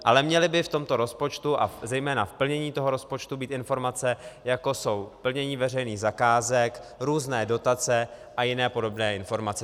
Ale měly by v tomto rozpočtu a zejména v plnění rozpočtu být informace, jako jsou plnění veřejných zakázek, různé dotace a jiné podobné informace.